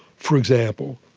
for example,